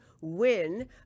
win